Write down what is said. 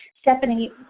Stephanie